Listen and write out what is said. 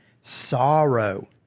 sorrow